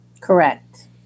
Correct